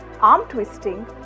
Arm-twisting